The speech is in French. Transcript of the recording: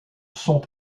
sont